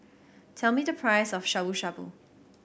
tell me the price of Shabu Shabu